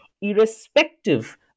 irrespective